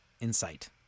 insight